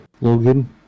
logan